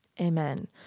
amen